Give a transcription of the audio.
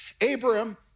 Abraham